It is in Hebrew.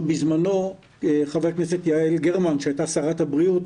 בזמנו ח"כ יעל גרמן שהייתה שרת הבריאות